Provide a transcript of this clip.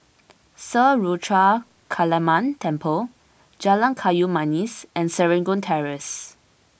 Sri Ruthra Kaliamman Temple Jalan Kayu Manis and Serangoon Terrace